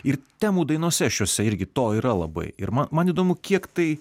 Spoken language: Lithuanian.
ir temų dainose šiose irgi to yra labai ir ma man įdomu kiek tai